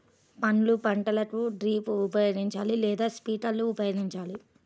పండ్ల పంటలకు డ్రిప్ ఉపయోగించాలా లేదా స్ప్రింక్లర్ ఉపయోగించాలా?